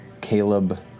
Caleb